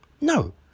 No